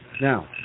now